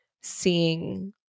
seeing